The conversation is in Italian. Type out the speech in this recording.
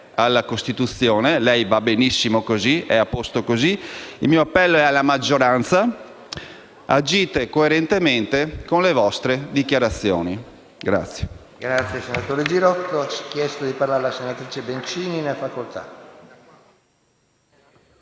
alla Costituzione, che va benissimo così, è a posto così; il mio appello è alla maggioranza: agite coerentemente con le vostre dichiarazioni.